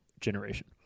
generation